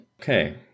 Okay